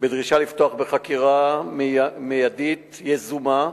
בדרישה לפתוח בחקירה מיידית יזומה,